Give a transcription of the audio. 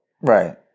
Right